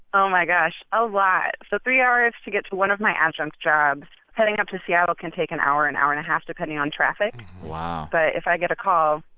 oh, my gosh, a lot. so three hours to get to one of my adjunct jobs heading up to seattle can take an hour, an hour and a half, depending on traffic wow but if i get a call,